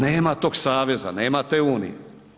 Nema tog saveza, nema te unije.